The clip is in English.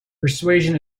persuasion